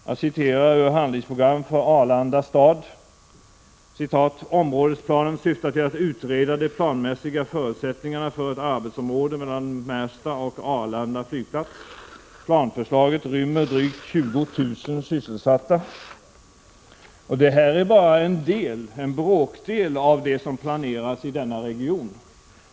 Jag citerar ur handlingsprogram för Arlanda stad: ”Områdesplanen syftar till att utreda de planmässiga förutsättningarna för ett 81 Detta är bara en bråkdel av det som planeras i denna region.